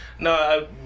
No